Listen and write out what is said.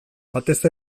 batez